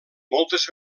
moltes